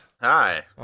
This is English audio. Hi